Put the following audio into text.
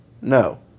No